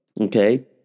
Okay